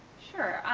sure,